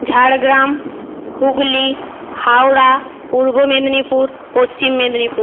ঝাড়গ্রাম হুগলি হাওড়া পূর্ব মেদিনীপুর পশ্চিম মেদিনীপুর